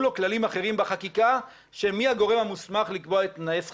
לו כללים אחרים בחקיקה מי הגורם המוסמך לקבוע את תנאי שכרו.